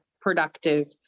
productive